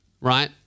right